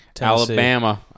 Alabama